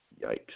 Yikes